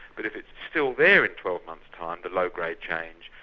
but if it's still there in twelve months time the low grade change,